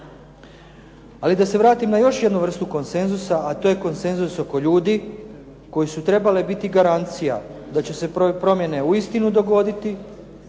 Ali da se vratim na još jednu vrstu konsenzusa, a to je konsenzus oko ljudi koji su trebale biti garancija da će se promjene uistinu dogoditi